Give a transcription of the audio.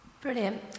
Brilliant